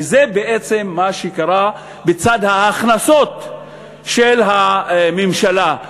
וזה בעצם מה שקרה בצד ההכנסות של הממשלה,